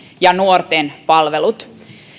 ja nuorten palvelut